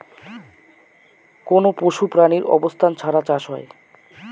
কোনো পশু প্রাণীর অবস্থান ছাড়া চাষ হয়